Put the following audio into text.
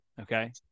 Okay